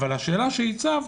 אבל השאלה שהצבת,